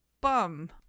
bum